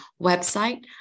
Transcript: website